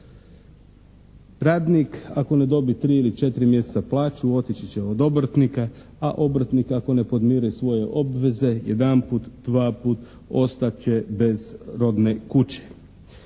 Radnik ako ne dobi 3 ili 4 mjeseca plaću otići će od obrtnika, a obrtnik ako ne podmiri svoje obveze jedanput, dvaput ostat će bez rodne kuće.